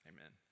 Amen